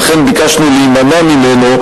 ולכן ביקשנו להימנע ממנו,